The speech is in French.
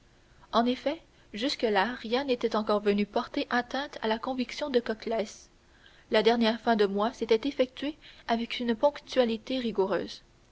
en effet jusque-là rien n'était encore venu porter atteinte à la conviction de coclès la dernière fin de mois s'était effectuée avec une ponctualité rigoureuse